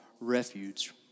Refuge